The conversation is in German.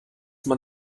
man